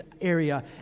area